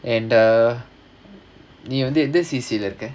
and the நீ வந்து எந்த எடுத்த:nee vandhu endha edutha